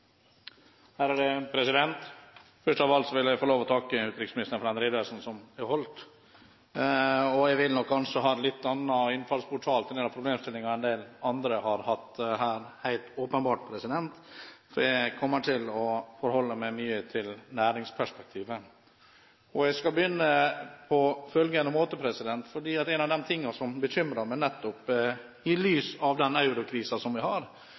Først av alt vil jeg få lov å takke utenriksministeren for redegjørelsen som ble holdt. Jeg vil nok ha en litt annen innfallsportal til denne problemstillingen enn det en del andre har hatt her. Jeg kommer til å forholde meg mye til næringsperspektivet, og jeg skal begynne på følgende måte: En av de tingene som bekymrer meg i lys av den eurokrisen vi har, i lys av den problemstillingen som